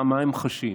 מה הם חשים.